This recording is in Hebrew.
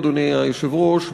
אדוני היושב-ראש,